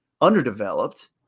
underdeveloped